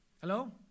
Hello